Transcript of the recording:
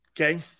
Okay